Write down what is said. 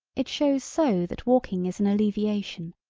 it shows so that walking is an alleviation,